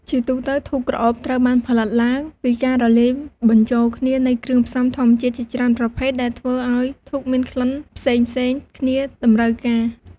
ជាទូទៅធូបក្រអូបត្រូវបានផលិតឡើងពីការលាយបញ្ចូលគ្នានៃគ្រឿងផ្សំធម្មជាតិជាច្រើនប្រភេទដែលធ្វើឲ្យធូបមានក្លិនផ្សេងៗគ្នាតម្រូវការ។